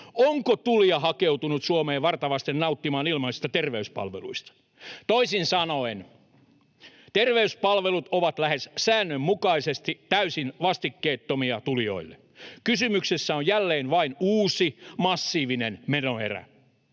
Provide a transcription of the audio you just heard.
onko tulija hakeutunut Suomeen varta vasten nauttimaan ilmaisista terveyspalveluista? Toisin sanoen terveyspalvelut ovat lähes säännönmukaisesti täysin vastikkeettomia tulijoille. Kysymyksessä on jälleen vain uusi massiivinen menoerä.